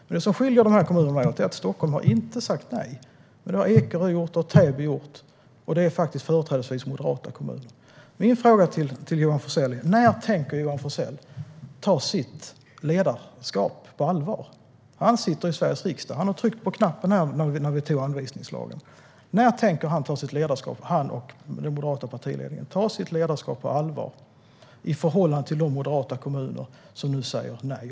Men det som skiljer Stockholm från de här kommunerna är att Stockholm inte har sagt nej. Det har Ekerö gjort. Det har Täby gjort. Det handlar faktiskt företrädesvis om moderata kommuner. Min fråga till Johan Forssell är: När tänker Johan Forssell ta sitt ledarskap på allvar? Han sitter i Sveriges riksdag. Han tryckte på knappen när vi antog anvisningslagen. När tänker han och den moderata partiledningen ta sitt ledarskap på allvar i förhållande till de moderata kommuner som nu säger nej?